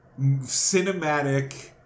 cinematic